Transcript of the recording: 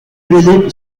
révélé